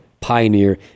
pioneer